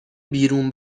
بیرون